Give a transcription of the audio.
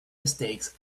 mistakes